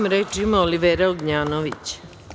Reč ima Olivera Ognjanović.